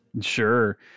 Sure